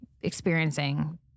experiencing